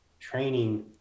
training